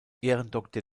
ehrendoktor